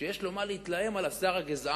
שיש לו מה להתרעם על השר הגזען.